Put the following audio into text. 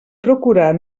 procurar